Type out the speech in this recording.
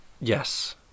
Yes